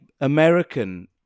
American